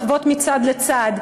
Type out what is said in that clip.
לחבוט מצד לצד,